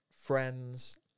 friends